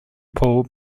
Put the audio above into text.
paul